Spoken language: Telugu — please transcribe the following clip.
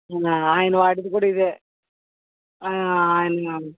ఆయన వాడేది కూడా ఇదే ఆయన